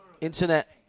internet